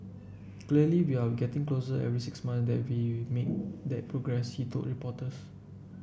clearly we're getting closer every six month that we made that progress he told reporters